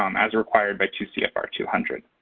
um as required by two c f r. two hundred.